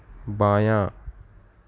بایاں